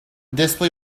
display